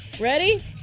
ready